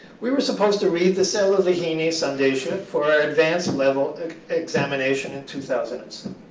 we were supposed to read the salalihini sandeshaya for our advanced level examination in two thousand and so